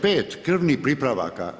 5. – krvnih pripravaka.